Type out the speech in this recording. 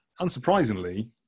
unsurprisingly